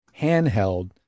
handheld